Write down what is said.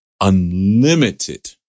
unlimited